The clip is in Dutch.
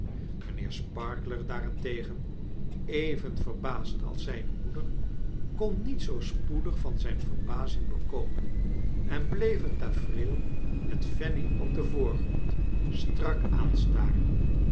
mijnheer sparkler daarentegen even verbaasd als zijne moeder kon niet zoo spoedig van zijn verbazing bekomen en bleef het tafereel met fanny op den voorgrond strak aanstaren